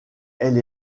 elle